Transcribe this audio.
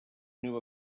knew